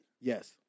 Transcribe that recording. Yes